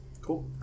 Cool